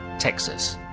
texas.